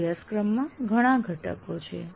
અભ્યાસક્રમમાં ઘણા ઘટકો છે